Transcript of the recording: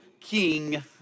king